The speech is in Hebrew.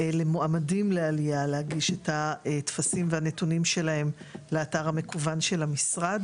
למועמדים לעלייה להגיש את הטפסים והנתונים שלהם לאתר המקוון של המשרד.